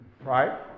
right